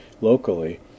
locally